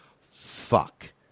fuck